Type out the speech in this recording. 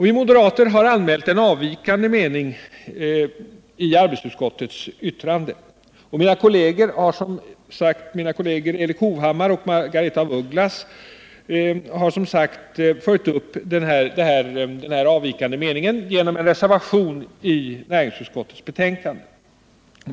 Vi moderater har i arbetsmarknadsutskottets yttrande anmält en avvikande mening, och mina kolleger Erik Hovhammar och Margaretha af Ugglas har, som sagt, följt upp den avvikande meningen med en reservation, som är fogad till näringsutskottets betänkande.